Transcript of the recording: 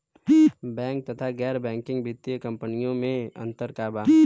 Bank तथा गैर banking वित्तीय कम्पनीयो मे अन्तर का बा?